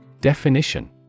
Definition